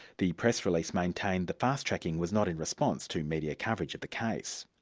the press release maintained the fast tracking was not in response to media coverage of the case.